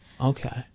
okay